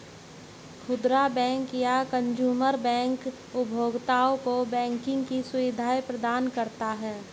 खुदरा बैंक या consumer bank उपभोक्ताओं को बैंकिंग की सुविधा प्रदान करता है